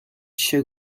show